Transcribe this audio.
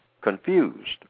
confused